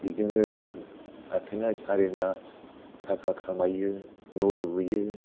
बिजोंनो आथोना सारेना थाखा खामायो न' लुयो